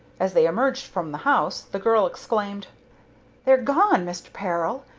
as they emerged from the house the girl exclaimed they're gone, mr. peril!